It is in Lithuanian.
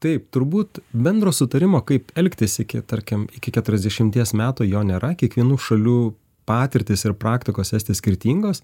taip turbūt bendro sutarimo kaip elgtis iki tarkim iki keturiasdešimties metų jo nėra kiekvienų šalių patirtys ir praktikos esti skirtingos